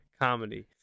comedy